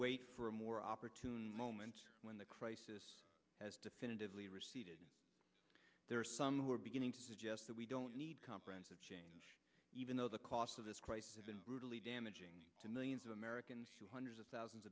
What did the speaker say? wait for a more opportune moment when the crisis has definitively receded there are some who are beginning to suggest that we don't need comprehensive change even though the cost of this crisis has been brutally damaging to millions of americans hundreds of thousands